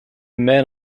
men